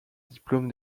diplôme